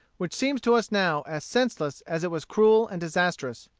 which seems to us now as senseless as it was cruel and disastrous.